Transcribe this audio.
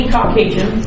Caucasian